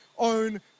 own